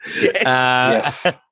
Yes